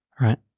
Right